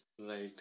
Right